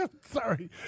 Sorry